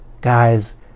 guys